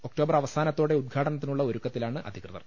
October അവസാനത്തോടെ ഉദ്ഘാടനത്തിനുള്ള ഒരുക്കത്തിലാണ് അധികൃതർ